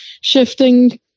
shifting